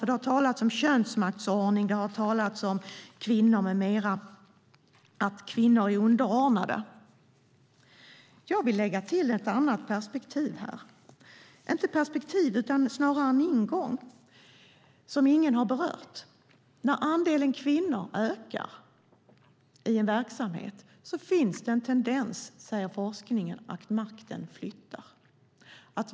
Det har talats om könsmaktsordning och att kvinnor är underordnade. Jag vill lägga till inte ett annat perspektiv utan snarare en annan ingång, som ingen har berört. När andelen kvinnor ökar i en verksamhet säger forskningen att det finns en tendens att makten flyttar.